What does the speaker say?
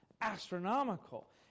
astronomical